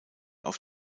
auf